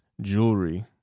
jewelry